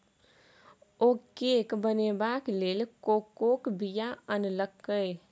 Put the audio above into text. ओ cake बनेबाक लेल कोकोक बीया आनलकै